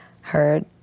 heard